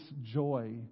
joy